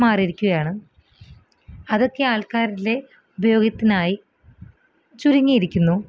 മാറീരിക്കുകയാണ് അതൊക്കെ ആൾക്കാരിലെ ഉപയോഗത്തിനായി ചുരുങ്ങിയിരിക്കുന്നു